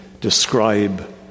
describe